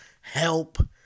help